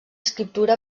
escriptura